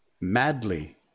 Madly